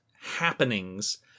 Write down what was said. happenings